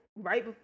right